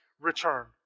return